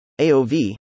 AOV